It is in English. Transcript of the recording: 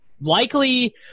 likely